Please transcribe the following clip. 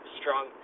strong